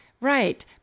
right